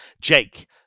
Jake